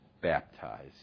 baptized